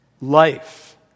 life